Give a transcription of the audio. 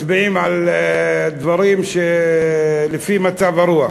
מצביעים על דברים לפי מצב הרוח.